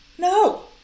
No